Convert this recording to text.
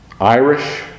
Irish